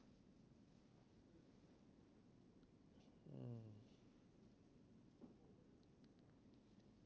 mm